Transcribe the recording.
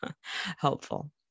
helpful